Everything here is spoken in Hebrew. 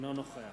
אינו נוכח